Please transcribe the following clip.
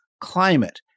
climate